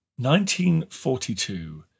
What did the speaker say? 1942